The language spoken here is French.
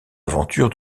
aventure